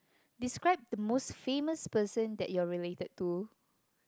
describe the most famous person that you are related to